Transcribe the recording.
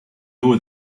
know